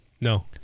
No